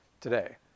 today